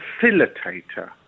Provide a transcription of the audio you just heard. facilitator